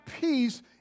peace